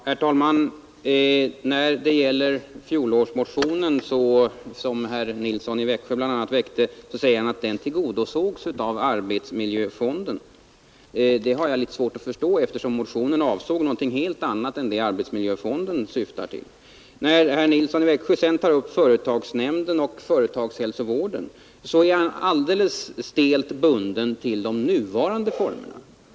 Herr talman! När det gäller fjolårsmotionen som herr Nilsson i Växjö var med om att väcka säger han att den tillgodosågs av arbetsmiljöfonden. Det har jag svårt att förstå eftersom motionen avsåg något helt annat än det arbetsmiljöfonden syftar till. När herr Nilsson i Växjö sedan tar upp företagsnämnden och företagshälsovården är han stelt bunden till de nuvarande formerna.